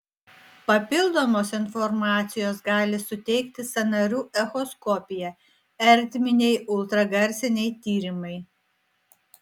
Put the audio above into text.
papildomos informacijos gali suteikti sąnarių echoskopija ertminiai ultragarsiniai tyrimai